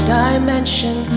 dimension